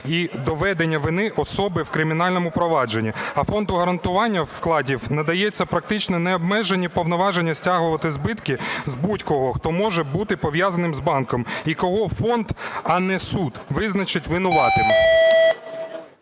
і доведення вини особи в кримінальному провадженні, а Фонду гарантування вкладів надається практично необмежені повноваження стягувати збитки з будь-кого, хто може бути пов'язаний з банком, і кого фонд, а не суд, визначить винуватим.